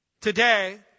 today